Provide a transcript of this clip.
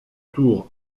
tour